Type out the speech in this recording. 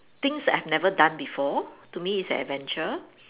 things I have never done before to me it's an adventure